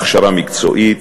הכשרה מקצועית,